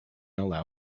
allow